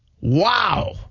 Wow